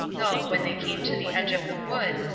though, when they came to the edge of the wood,